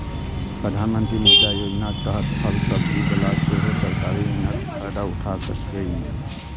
प्रधानमंत्री मुद्रा योजनाक तहत फल सब्जी बला सेहो सरकारी ऋणक फायदा उठा सकैए